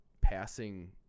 passing –